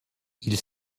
ils